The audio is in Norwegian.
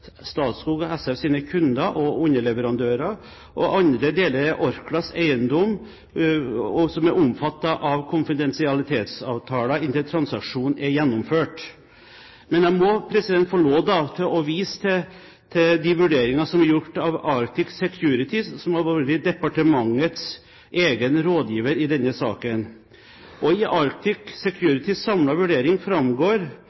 Statskog SFs kunder og underleverandører, og andre deler er Orklas eiendom som er omfattet av konfidensialitetsavtaler inntil transaksjonen er gjennomført. Men jeg må få lov til å vise til de vurderingene som er gjort av Arctic Securities, som har vært departementets egen rådgiver i denne saken. I Arctic Securities samlede vurdering framgår det at Statskog SF har lagt til grunn relevante og